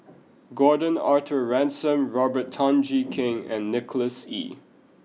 Gordon Arthur Ransome Robert Tan Jee Keng and Nicholas Ee